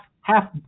half